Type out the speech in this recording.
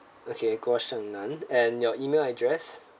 okay guo sheng nan and your email address